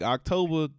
October